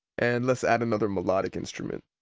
and let's add another melodic instrument.